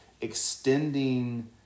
extending